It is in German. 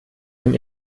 dem